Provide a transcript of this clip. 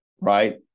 right